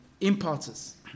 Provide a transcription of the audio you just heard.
impulses